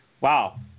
Wow